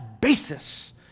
basis